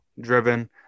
driven